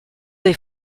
dei